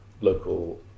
local